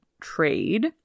trade